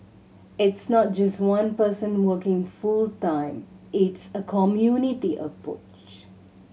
it's not just one person working full time it's a community approach